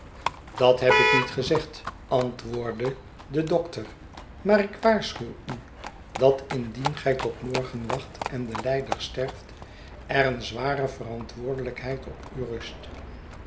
dat heb ik niet gezegd antwoordde de dokter maar ik waarschuw u dat indien gij tot morgen wacht en de lijder sterft er eene zware verantwoordelijkheid op u rust